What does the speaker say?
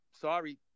Sorry